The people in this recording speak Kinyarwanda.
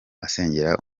asengera